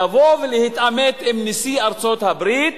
לבוא ולהתעמת עם נשיא ארצות-הברית